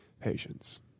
patience